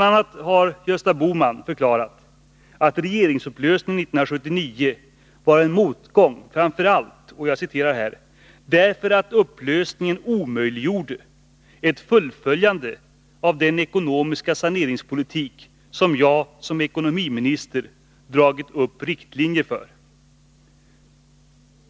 a. har Gösta Bohman förklarat att regeringsupplösningen 1978 var en motgång, framför allt ”därför att upplösningen omöjliggjorde ett fullföljande av den ekonomiska saneringspolitik som jag som ekonomiminister dragit upp riktlinjer för”.